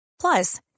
Plus